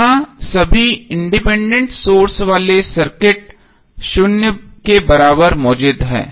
यहां सभी independent sources वाले सर्किट शून्य के बराबर मौजूद हैं